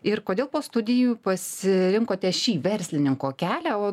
ir kodėl po studijų pasirinkote šį verslininko kelią o